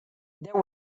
there